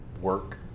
work